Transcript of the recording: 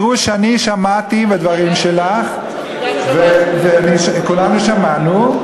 זה הפירוש שאני שמעתי בדברים שלך, וכולנו שמענו.